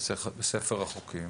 בספר החוקים.